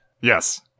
Yes